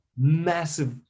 massive